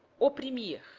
opprimido